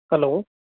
hello